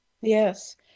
Yes